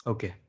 Okay